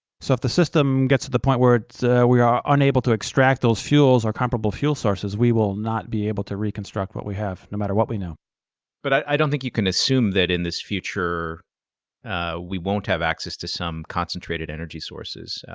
so if the system gets to the point where we are unable to extract those fuels or comparable fuel sources, we will not be able to reconstruct what we have, no matter what we know. steve but i don't think you can assume that in this future we won't have access to some concentrated energy sources.